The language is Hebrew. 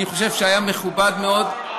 אני חושב שהיה מכובד מאוד.